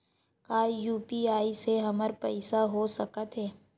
का यू.पी.आई से हमर पईसा हो सकत हे?